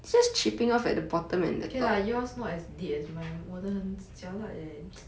okay lah yours not as dead as mine 我的很 jialat leh